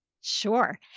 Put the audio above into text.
Sure